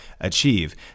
achieve